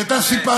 כי אתה סיפרת,